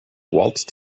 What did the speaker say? waltzed